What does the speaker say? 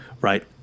Right